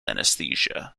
anesthesia